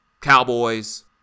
Cowboys